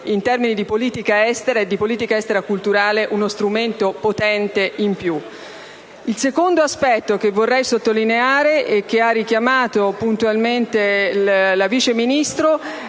in termini di politica estera e di politica estera culturale, uno strumento potente in più. Il secondo aspetto che vorrei sottolineare e che ha puntualmente richiamato la vice ministro